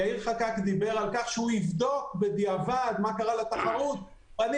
יאיר חקאק דיבר על כך שהוא יבדוק בדיעבד מה קרה לתחרות אבל אני